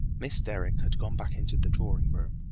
miss derrick had gone back into the drawing-room,